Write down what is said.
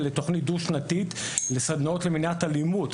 לתכנית דו-שנתית לסדנאות למניעת אלימות,